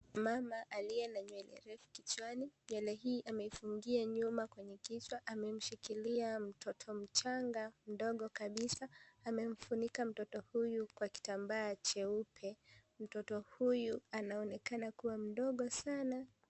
Mama aliye na nywele refu kichwani, nywele hii ameifungia nyuma kwenye kichwa, amemshikilia mtoto mchanga mdogo kabisa, amemfunika mtoto huyu kwa kitambaa cheupe, mtoto huyu anaonekana kuwa mdogo sana.